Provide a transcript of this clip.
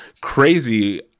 crazy